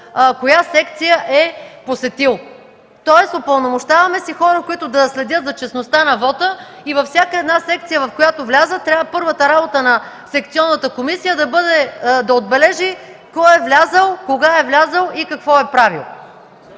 коя секция е посетил, тоест упълномощаваме хора, които да следят за честността на вота, и във всяка една секция, в която влязат, първата работа на секционната комисия е да отбележи кой е влязъл, кога е влязъл и какво е правил.